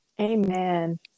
Amen